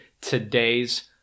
today's